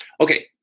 Okay